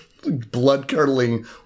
blood-curdling